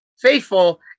faithful